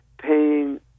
paying